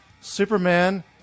Superman